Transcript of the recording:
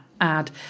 Add